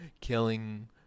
killing